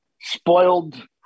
Spoiled